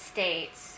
States